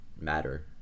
matter